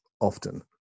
often